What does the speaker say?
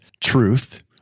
truth